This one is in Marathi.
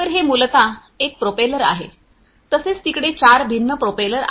तर हे मूलतः एक प्रोपेलर आहे तसेच तिकडे 4 भिन्न प्रोपेलर आहेत